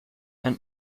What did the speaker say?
and